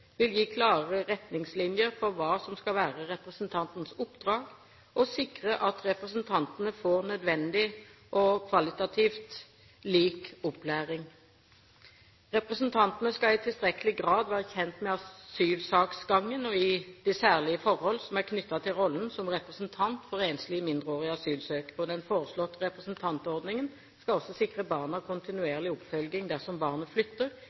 vil gi klarere retningslinjer for hva som skal være representantens oppdrag, og sikre at representantene får nødvendig og kvalitativt lik opplæring. Representantene skal i tilstrekkelig grad være kjent med asylsaksgangen og de særlige forhold som er knyttet til rollen som representant for enslige, mindreårige asylsøkere, og den foreslåtte representantordningen skal også sikre barna kontinuerlig oppfølging dersom barnet flytter,